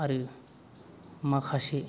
आरो माखासे